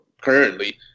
currently